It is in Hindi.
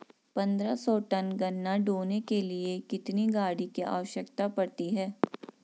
पन्द्रह सौ टन गन्ना ढोने के लिए कितनी गाड़ी की आवश्यकता पड़ती है?